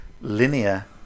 linear